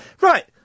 Right